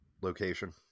location